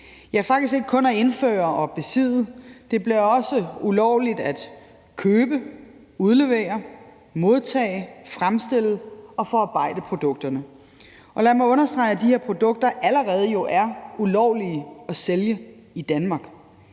ja faktisk ikke kun at indføre og besidde, det bliver også ulovligt at købe, udlevere modtage, fremstille og forarbejde produkterne. Og lad mig understrege, at de her produkter jo allerede er ulovlige at sælge i Danmark.